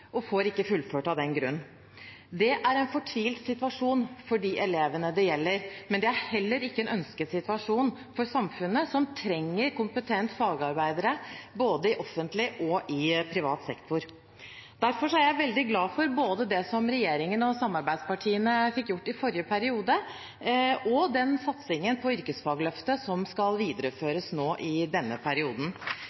og får ikke fullført av den grunn. Det er en fortvilt situasjon for de elevene det gjelder, men det er heller ikke en ønsket situasjon for samfunnet, som trenger kompetente fagarbeidere både i offentlig og i privat sektor. Derfor er jeg veldig glad for det som både regjeringen og samarbeidspartiene fikk gjort i forrige periode, og for den satsingen på yrkesfagløftet som skal